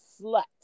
slut